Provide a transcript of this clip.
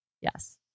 Yes